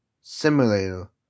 simulator